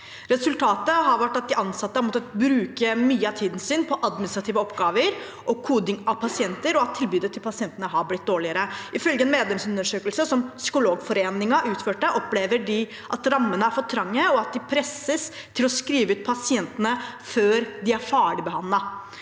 Resultatet har vært at de ansatte har måttet bruke mye av tiden sin på administrative oppgaver og koding av pasienter, og at tilbudet til pasientene har blitt dårligere. Ifølge en medlemsundersøkelse som Psykologforeningen utførte, opplever de at rammene er for trange, og at de pres ses til å skrive ut pasientene før de er ferdigbehandlet.